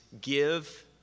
give